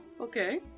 Okay